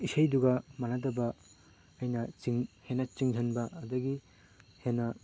ꯏꯁꯩꯗꯨꯒ ꯃꯥꯟꯅꯗꯕ ꯑꯩꯅ ꯍꯦꯟꯅ ꯆꯤꯡꯁꯤꯟꯕ ꯑꯗꯨꯒꯤ ꯍꯦꯟꯅ